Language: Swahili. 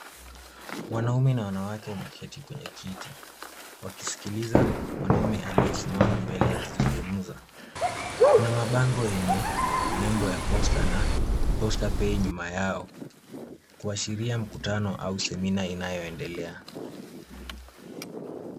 Wanaume na wanawake wameketi kwenye kiti wakisikiliza mwanaume aliyesimama mbele akizungumza. Kuna mabango yenye nembo ya posta na posta pay nyuma yao kuashiria mkutano au semina inayoendelea.